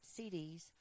CDs